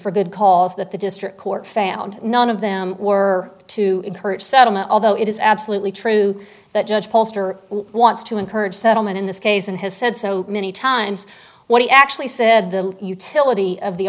good calls that the district court found none of them were to encourage settlement although it is absolutely true that judge bolster wants to encourage settlement in this case and has said so many times what he actually said the utility of the